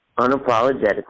unapologetically